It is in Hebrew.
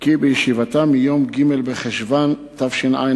כי בישיבתה מיום ג' בחשוון תש"ע,